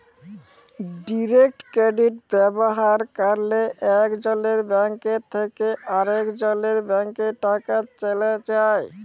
direct credit ব্যাভার ক্যরলে একজলের ব্যাংক থ্যাকে আরেকজলের ব্যাংকে টাকা চ্যলে যায়